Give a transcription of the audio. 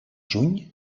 juny